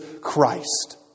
Christ